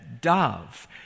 dove